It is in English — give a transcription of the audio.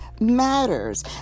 Matters